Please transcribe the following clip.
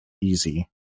easy